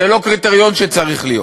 זה לא קריטריון שצריך להיות,